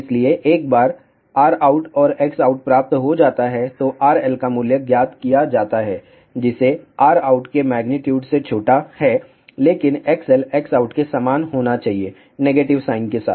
इसलिए एक बार Rout और Xout प्राप्त हो जाता है तो RL का मूल्य ज्ञात किया जाता है जिसे Rout के मेग्नीट्यूड से छोटा है लेकिन XL Xout के समान होना चाहिए नेगेटिव साइन के साथ